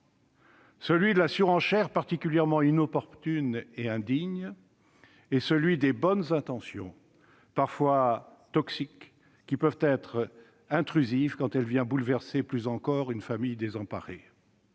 celui de la surenchère- particulièrement inopportune et indigne -et celui des bonnes intentions parfois toxiques, qui peuvent être intrusives quand elles viennent bouleverser plus encore une famille désemparée